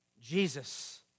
Jesus